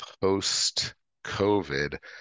post-COVID